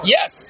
Yes